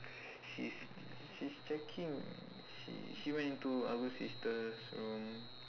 she's she's checking she she went into agust sister's room